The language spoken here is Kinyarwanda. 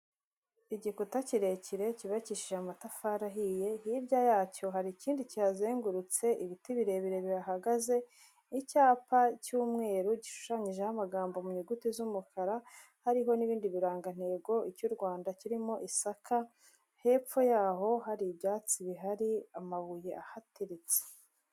Igikuta kirekire cyubakishije amatafari ahiye, hirya yacyo hari ikindi kihazengurutse, ibiti birebire bihahagaze, icyapa cy'umweru gishushanyijeho amagambo mu nyuguti z'umukara, hariho n'ibindi birangantego icy'u Rwanda kirimo isaka, hepfo yaho hari ibyatsi bihari, amabuye ahateriretse.